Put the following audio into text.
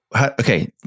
okay